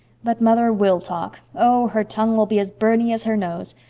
but mother will talk. oh, her tongue will be as byrney as her nose.